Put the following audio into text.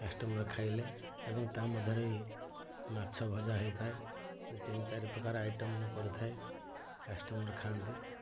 customer ଖାଇଲେ ଏବଂ ତା ମଧ୍ୟରେ ବି ମାଛ ଭଜା ହେଇଥାଏ ଏମିତି ତିନି ଚାରି ପ୍ରକାର ଆଇଟମ ମୁଁ କରିଥାଏ କାଷ୍ଟମର ଖାଆନ୍ତି